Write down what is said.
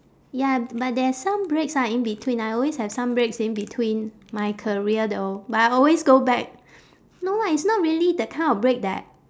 ya but there are some breaks ah in between I always have some breaks in between my career though but I always go back no lah it's not really that kind of break that